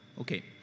Okay